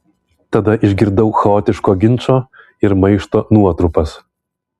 tada išgirdau chaotiško ginčo ir maišto nuotrupas